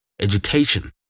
education